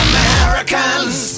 Americans